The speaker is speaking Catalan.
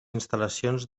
instal·lacions